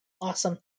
Awesome